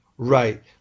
Right